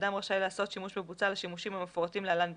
ואדם רשאי לעשות שימוש בבוצה לשימושים המפורטים להלן בלבד,